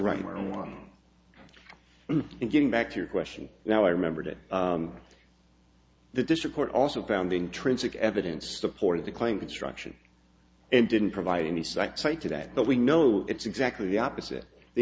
right more on one and getting back to your question now i remembered it the dish report also found intrinsic evidence supporting the claim construction and didn't provide any cite cite to that but we know it's exactly the opposite the